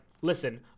listen